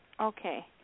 Okay